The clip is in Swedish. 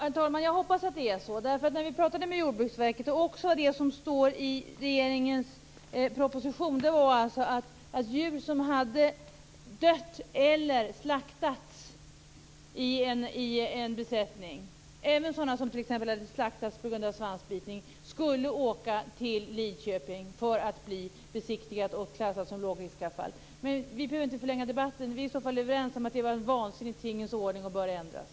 Herr talman! Jag hoppas att det är så. Vi har ju pratat med Jordbruksverket, och vi har också sett vad som står i regeringens proposition. Det har framgått att djur som har dött eller slaktats i en besättning - även sådana som t.ex. har slaktats på grund av svansbitning - skall föras till Lidköping för att bli besiktigade och klassade som lågriskavfall. Men vi behöver inte förlänga debatten. Vi är i så fall överens om att det har varit en vansinnig tingens ordning som bör ändras.